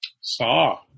Saw